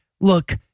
Look